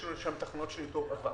יש לנו שם תחנות של ניטור אבק